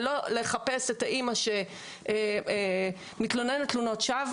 ולא לחפש את האם שמתלוננת תלונות שווא.